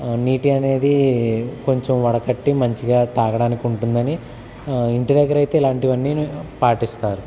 నీటిని అనేది కొంచెం వడకట్టి మంచిగా తాగడానికి ఉంటుందని ఇంటి దగ్గర అయితే ఇలాంటివన్నీ నే పాటిస్తారు